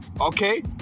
okay